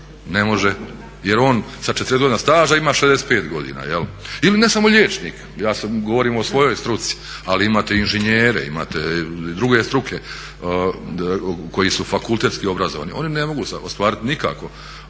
ne može, jer on sa 40 godina staža ima 65 godina. Ili ne samo liječnik, ja govorim o svojoj struci ali imate inženjere, imate i druge struke koji su fakultetski obrazovani oni ne mogu ostvariti nikakvo